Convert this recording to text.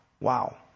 Wow